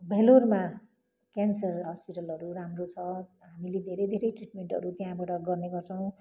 भेल्लोरमा cancer हस्पिटलहरू राम्रो छ हामीले धेरै धेरै ट्रिटमेन्टहरू त्यहाँबाट गर्ने गर्छौँ